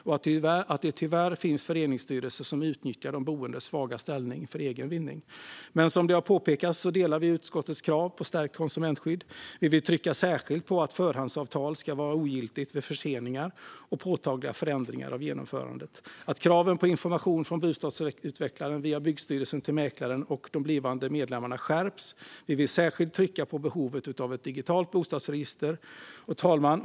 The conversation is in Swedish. Det finns tyvärr föreningsstyrelser som utnyttjar de boendes svaga ställning för egen vinning. Som har påpekats håller vi med om utskottets krav på stärkt konsumentskydd. Vi vill trycka särskilt på att förhandsavtal ska vara ogiltigt vid förseningar och påtagliga förändringar av genomförandet och på att kraven på information från bostadsutvecklaren, via byggstyrelsen till mäklaren och de blivande medlemmarna, skärps. Vi vill särskilt trycka på behovet av ett digitalt bostadsrättsregister. Fru talman!